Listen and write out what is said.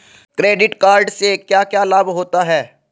Credit card से क्या क्या लाभ होता है?